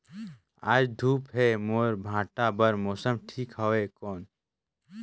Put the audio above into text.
आज धूप हे मोर भांटा बार मौसम ठीक हवय कौन?